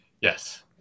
Yes